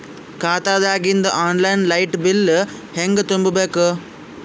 ಖಾತಾದಾಗಿಂದ online light bill ಹೇಂಗ ತುಂಬಾ ಬೇಕು?